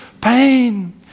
pain